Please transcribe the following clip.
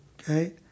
okay